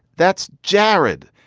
that's jarrid.